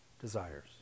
desires